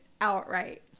outright